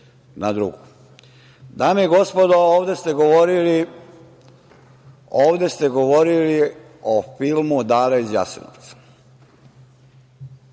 i gospodo, ovde ste govorili o filmu „Dara iz Jasenovca“.